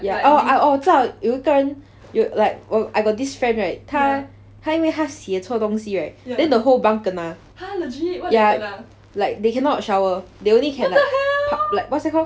ya oh 我知道有一个人 like I got this friend right 他因为他写错东西 right then the whole bunk kena ya like they cannot shower they only can like what's that called